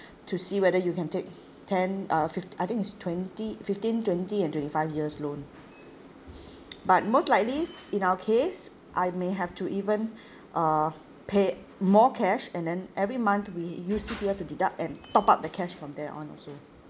to see whether you can take ten uh fif~ I think it's twenty fifteen twenty and twenty five years loan but most likely in our case I may have to even uh pay more cash and then every month we use C_P_F to deduct and top up the cash from then on also